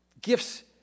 Gifts